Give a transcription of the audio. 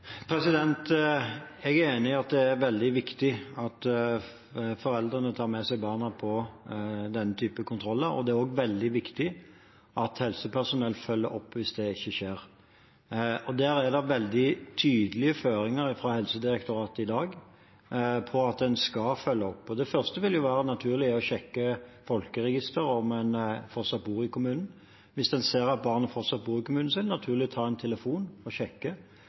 Jeg er enig i at det er veldig viktig at foreldrene tar med seg barna på denne type kontroller. Det er også veldig viktig at helsepersonell følger opp hvis det ikke skjer. Der er det i dag veldig tydelige føringer fra Helsedirektoratet om at en skal følge opp. Først vil det være naturlig å sjekke folkeregisteret om de fortsatt bor i kommunen. Hvis en ser at barnet fortsatt bor i kommunen, er det naturlig å ta en telefon og sjekke.